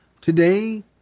Today